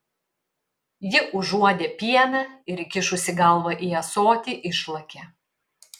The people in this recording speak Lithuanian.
ji užuodė pieną ir įkišusi galvą į ąsotį išlakė